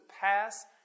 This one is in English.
pass